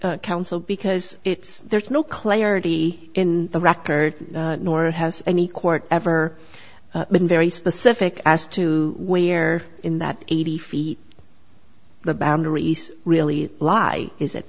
counsel because it's there's no clarity in the record nor has any court ever been very specific as to where in that eighty feet the boundaries really lie is it